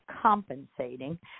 compensating